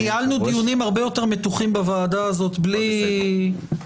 ניהלנו דיונים הרבה יותר מתוחים בוועדה הזאת בלי כותרות.